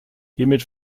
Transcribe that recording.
hiermit